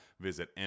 visit